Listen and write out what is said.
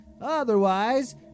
otherwise